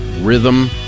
Rhythm